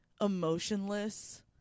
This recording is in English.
emotionless